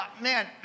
Man